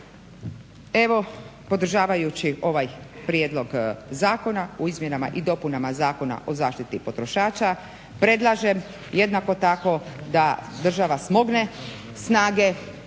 Evo podržavajući ovaj prijedlog zakona u izmjenama i dopunama Zakona o zaštiti potrošača predlažem jednako tako da država smogne snage